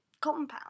compound